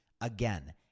Again